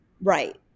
right